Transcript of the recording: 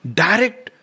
direct